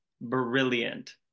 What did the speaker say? brilliant